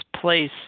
place